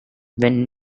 when